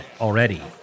already